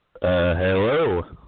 hello